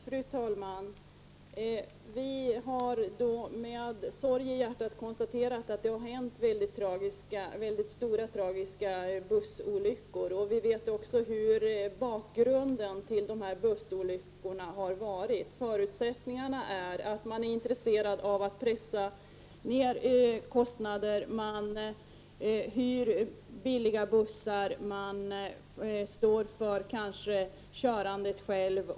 Fru talman! Vi har med sorg i hjärtat konstaterat att det har hänt väldigt stora och tragiska bussolyckor. Vi vet också hur bakgrunden har varit till dessa olyckor. Förutsättningen är att man är intresserad av att pressa ner kostnader — man hyr en billig buss och man står kanske själv för körandet.